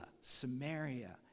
Samaria